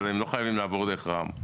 אבל הם לא חייבים לעבור דרך רע"מ.